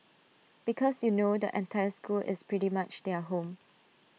because you know the entire school is pretty much their home